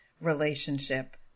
relationship